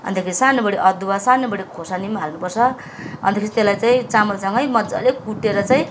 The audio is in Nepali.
अन्त त्यो सानो बडे अदुवा सानो बडे खोर्सानी पनि हाल्नुपर्छ अन्तखेरि त्यसलाई चाहिँ चामलसँगै मजाले कुटेर चाहिँ